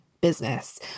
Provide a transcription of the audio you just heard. business